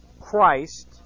Christ